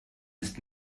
ist